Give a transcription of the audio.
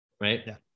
right